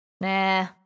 Nah